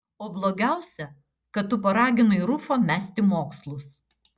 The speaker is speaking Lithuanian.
o blogiausia kad tu paraginai rufą mesti mokslus